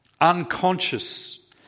unconscious